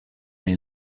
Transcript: est